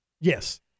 Yes